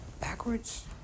backwards